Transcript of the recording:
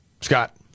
Scott